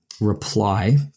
reply